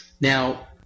Now